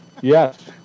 Yes